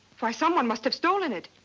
why someone must have stolen it.